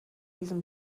diesem